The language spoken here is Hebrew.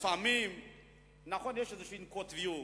שלפעמים יש איזושהי קוטביות,